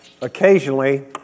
Occasionally